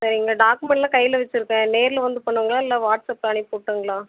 சரிங்க டாக்மெண்ட் எல்லாம் கையில் வச்சுருக்கேன் நேரில் வந்து பண்ணுங்களா இல்லை வாட்ஸ்அப்பில் அனுப்பி விட்டுங்களா